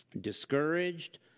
discouraged